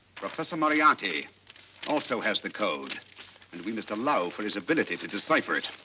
professor moriarity also has the code and we must allow for his ability to decipher it.